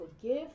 forgive